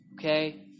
Okay